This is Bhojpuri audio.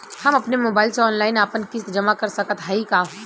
हम अपने मोबाइल से ऑनलाइन आपन किस्त जमा कर सकत हई का?